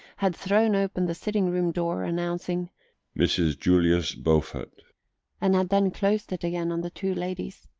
had thrown open the sitting-room door, announcing mrs. julius beaufort and had then closed it again on the two ladies.